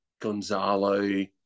Gonzalo